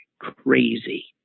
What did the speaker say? crazy